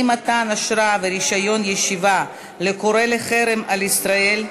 אי-מתן אשרה ורישיון ישיבה לקורא לחרם על ישראל),